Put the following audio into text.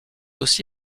aussi